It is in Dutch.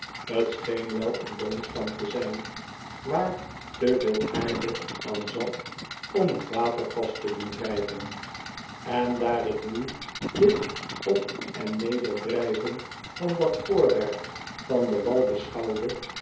scheen wel een boomstam te zijn waar te veel aarde aan zat om het waterpas te doen drijven en daar ik nu dit op en neder drijven van dat voorwerp van den wal beschouwde